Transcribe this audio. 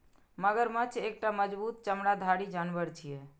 मगरमच्छ एकटा मजबूत चमड़ाधारी जानवर छियै